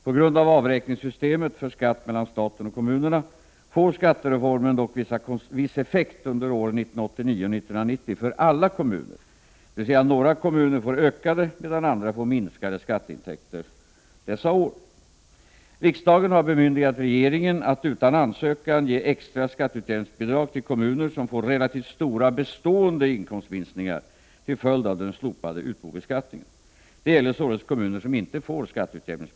På grund av avräkningssystemet för skatt mellan staten och kommunerna får skattereformen dock viss effekt under åren 1989 och 1990 för alla kommuner, dvs. några kommuner får ökade medan andra får minskade skatteintäker dessa år. Riksdagen har bemyndigat regeringen att utan ansökan ge extra skatteut jämningsbidrag till kommuner som får relativt stora bestående inkomst — Prot. 1988/89:21 minskningar till följd av den slopade utbobeskattningen.